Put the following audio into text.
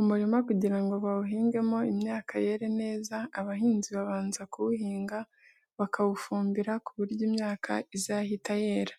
Umurima kugira ngo bawuhingemo imyaka yere neza, abahinzi babanza kuwuhinga, bakawufumbira ku buryo imyaka izahita yera.